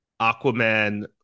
Aquaman